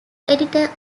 editor